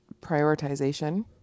prioritization